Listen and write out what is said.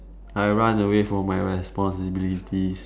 I run away from my responsibilities